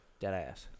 Deadass